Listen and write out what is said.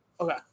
Okay